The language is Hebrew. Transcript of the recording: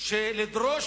שיש לדרוש